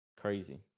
crazy